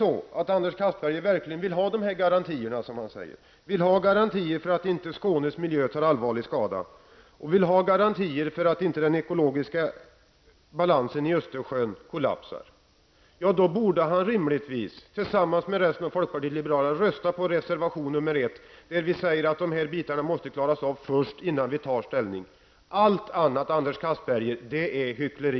Om Anders Castberger verkligen vill ha garantier, som han säger att han vill, för att inte Skånes miljö skall ta allvarlig skada och för att inte den ekologiska balansen i Östersjön kollapsar, borde han rimligtvis tillsammans med de övriga i folkpartiet liberalerna rösta för reservation 1, där vi kräver att dessa bitar måste klaras ut först innan man kan ta ställning. Allt annat, Anders Castberger, är hyckleri.